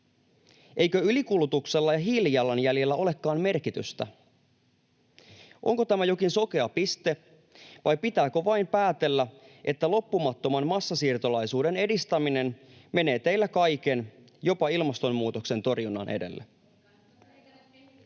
Eikö ylikulutuksella ja hiilijalanjäljellä olekaan merkitystä? Onko tämä jokin sokea piste, vai pitääkö vain päätellä, että loppumattoman massasiirtolaisuuden edistäminen menee teillä kaiken, jopa ilmastonmuutoksen torjunnan, edelle?